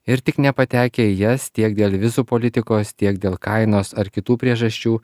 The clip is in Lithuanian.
ir tik nepatekę į jas tiek dėl vizų politikos tiek dėl kainos ar kitų priežasčių